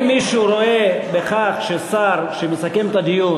אם מישהו רואה בכך ששר שמסכם את הדיון